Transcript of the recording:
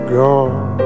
gone